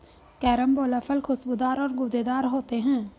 carambola फल खुशबूदार और गूदेदार होते है